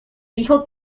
dijo